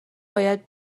باید